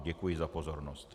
Děkuji za pozornost.